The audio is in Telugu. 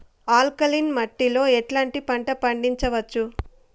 ఆల్కలీన్ మట్టి లో ఎట్లాంటి పంట పండించవచ్చు,?